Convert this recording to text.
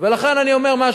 לכם